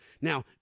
Now